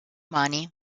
mani